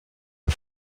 bas